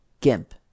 GIMP